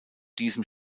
diesem